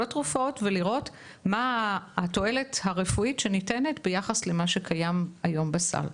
כל התרופות ולראות מה התועלת הרפואית שניתנת ביחס למה שקיים היום בסל.